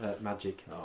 Magic